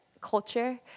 culture